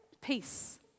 peace